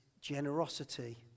generosity